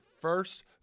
first